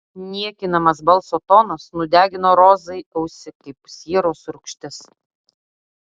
niekinamas balso tonas nudegino rozai ausį kaip sieros rūgštis